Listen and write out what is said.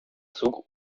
zug